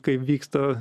kai vyksta